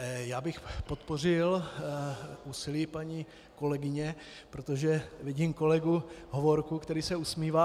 Já bych podpořil úsilí paní kolegyně, protože vidím kolegu Hovorku, který se usmívá.